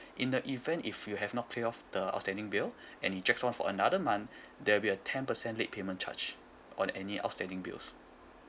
in the event if you have not clear off the outstanding bill and it drags on for another month there'll be a ten percent late payment charge on any outstanding bills